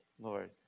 Lord